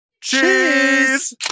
Cheese